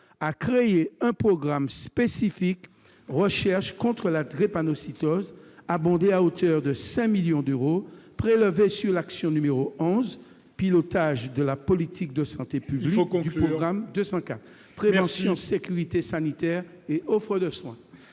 à créer un programme spécifique intitulé « Recherche contre la drépanocytose » qui serait abondé à hauteur de 5 millions d'euros, prélevés sur l'action n° 11, Pilotage de la politique de santé publique, du programme 204, « Prévention, sécurité sanitaire et offre de soins